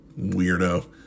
weirdo